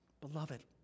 Beloved